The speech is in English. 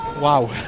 Wow